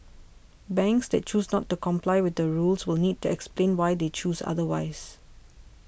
banks that choose not to comply with the rules will need to explain why they chose otherwise